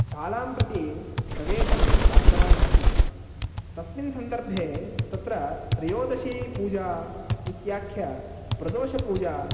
शालां प्रति प्रवेशं प्राप्तवान् आसीत् तस्मिन् सन्दर्भे तत्र त्रयोदशी पूजा इत्याख्यप्रदोषपूजा